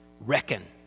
reckon